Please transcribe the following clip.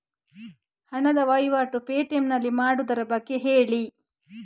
ಹಣದ ವಹಿವಾಟು ಪೇ.ಟಿ.ಎಂ ನಲ್ಲಿ ಮಾಡುವುದರ ಬಗ್ಗೆ ಹೇಳಿ